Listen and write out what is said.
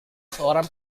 seorang